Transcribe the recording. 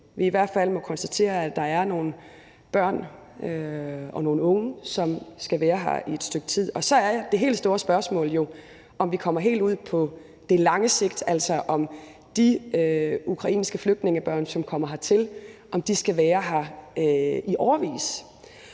vi i hvert fald må konstatere, at der er nogle børn og nogle unge, som skal være her i et stykke tid. Og så er det helt store spørgsmål jo, om vi kommer helt ud på det lange sigt, altså om de ukrainske flygtningebørn, som kommer hertil, skal være her i årevis.